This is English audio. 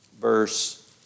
verse